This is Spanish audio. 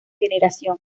generación